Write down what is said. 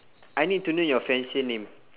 I need to know your fiancee name